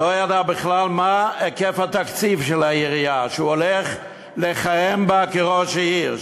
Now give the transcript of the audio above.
לא ידע בכלל מה היקף התקציב של העירייה שהוא הולך לכהן בה כראש עיר,